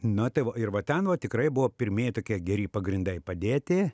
nu tai va ir va ten va tikrai buvo pirmieji tokie geri pagrindai padėti